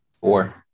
Four